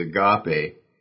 agape